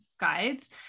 guides